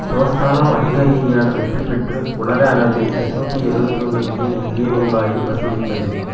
தோஸ்தானா வணிக ரீதியாக வெற்றி பெற்று உலகளவில் எட்நூத்தி எழுபத்தி ஒன்று மில்லியன் இந்திய ரூபாயை வசூலித்தது